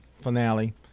finale